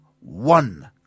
one